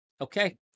Okay